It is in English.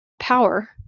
power